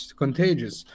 contagious